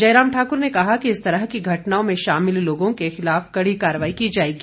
जयराम ठाकुर ने कहा कि इस तरह की घटनाओं में शामिल लोगों के खिलाफ कड़ी कार्रवाई की जाएगी